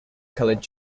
coloured